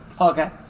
Okay